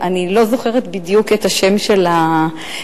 אני לא זוכרת בדיוק את השם של האגף,